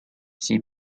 she